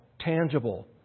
tangible